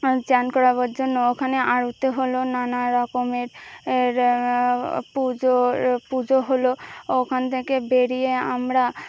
চান করাবার জন্য ওখানে আরতি হল নানা রকমের পুজো পুজো হলো ওখান থেকে বেরিয়ে আমরা